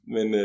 Men